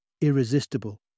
Irresistible